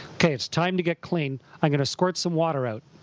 okay, it's time to get clean. i'm going to squirt some water out.